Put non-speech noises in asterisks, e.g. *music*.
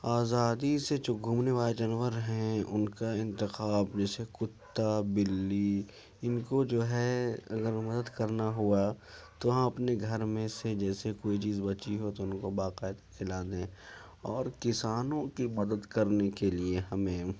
آزادی سے جو گھومنے والے جانور ہیں ان کا انتخاب جیسے کتا بلّی ان کو جو ہے *unintelligible* کرنا ہوا تو ہم اپنے گھر میں سے جیسے کوئی چیز بچی ہو تو ان کو باقاعدہ کھلا دیں اور کسانوں کی مدد کرنے کے لیے ہمیں